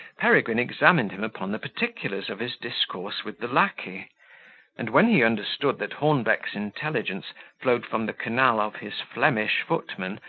peregrine examined him upon the particulars of his discourse with the lacquey and when he understood that hornbeck's intelligence flowed from the canal of his flemish footman,